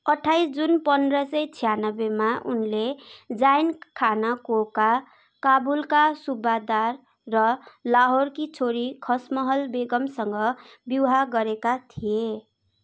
अट्ठाइस जुन पन्ध्र सय छ्यानब्बेमा उनले जाइन खाना कोका काबुलका सुबेदार र लाहोरकी छोरी खसमहल बेगमसँग विवाह गरेका थिए